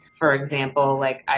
for example like